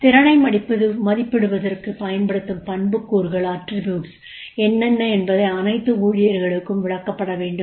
திறனை மதிப்பிடுவதற்குப் பயன்படுத்தப்படும் பண்புக்கூறுகள் என்னென்ன என்பதை அனைத்து ஊழியர்களுக்கும் விளக்கப்பட வேண்டும்